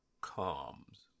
comes